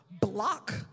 block